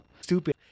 Stupid